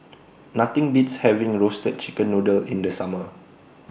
Nothing Beats having Roasted Chicken Noodle in The Summer